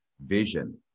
vision